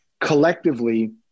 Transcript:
collectively